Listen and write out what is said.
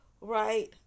right